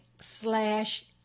slash